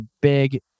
big